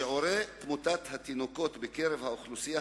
שיעור תמותת התינוקות בקרב האוכלוסייה